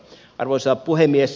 arvoisa puhemies